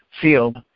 field